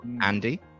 Andy